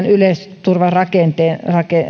yleisturvan rakenteen